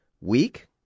week